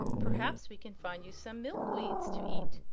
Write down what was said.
perhaps we can find you some milk-weeds to eat,